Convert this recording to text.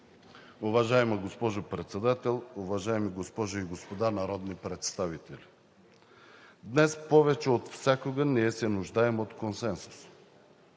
Уважаема госпожо Председател, уважаеми госпожи и господа народни представители, днес повече от всякога ние се нуждаем от консенсус.